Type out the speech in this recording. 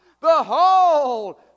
Behold